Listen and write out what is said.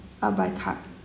ah by card